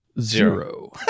Zero